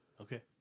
Okay